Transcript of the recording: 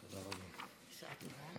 בשעה טובה.